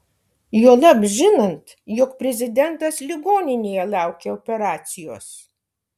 juolab žinant jog prezidentas ligoninėje laukia operacijos